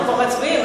אנחנו כבר מצביעים,